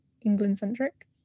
England-centric